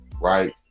right